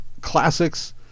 classics